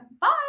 bye